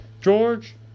George